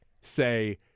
say